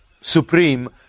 supreme